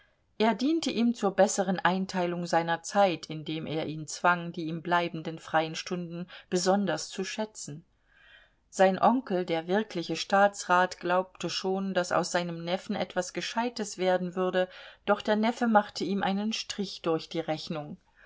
er diente ihm zur besseren einteilung seiner zeit indem er ihn zwang die ihm bleibenden freien stunden besonders zu schätzen sein onkel der wirkliche staatsrat glaubte schon daß aus seinem neffen etwas gescheites werden würde doch der neffe machte ihm einen strich durch die rechnung